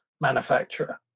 manufacturer